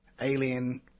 Alien